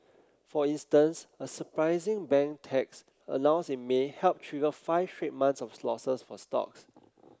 for instance a surprising bank tax announced in May helped trigger five straight months of losses for stocks